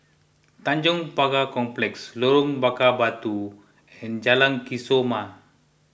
Tanjong Pagar Complex Lorong Bakar Batu and Jalan Kesoma